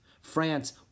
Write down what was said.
France